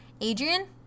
Adrian